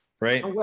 Right